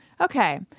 Okay